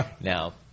now